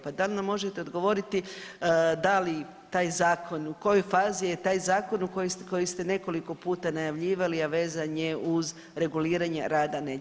Pa da li nam možete odgovoriti da li taj zakon, u kojoj fazi je taj zakon u koji ste nekoliko puta najavljivali, a vezan je uz reguliranje rada nedjeljom?